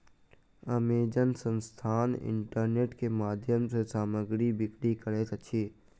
Amazon संस्थान internet के माध्यम सॅ सामग्री बिक्री करैत अछि